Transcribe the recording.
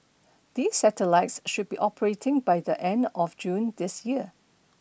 these satellites should be operating by the end of June this year